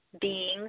beings